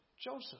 Joseph